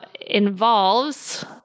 involves